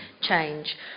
change